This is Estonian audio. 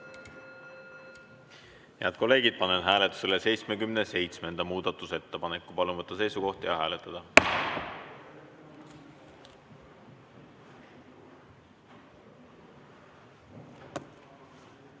Head kolleegid, panen hääletusele 77. muudatusettepaneku. Palun võtta seisukoht ja hääletada!